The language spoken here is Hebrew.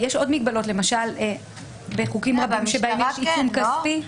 יש עוד מגבלות למשל בחוקים רבים בהם יש עיצום כספי.